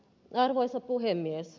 arvoisa puhemies